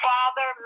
Father